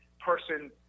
person